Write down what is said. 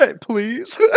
Please